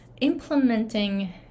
Implementing